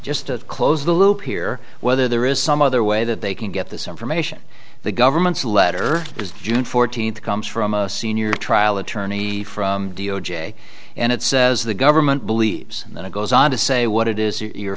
to close the loop here whether there is some other way that they can get this information the government's letter because june fourteenth comes from a senior trial attorney from d o j and it says the government believes and then it goes on to say what it is you're